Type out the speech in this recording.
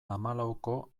hamalauko